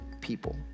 people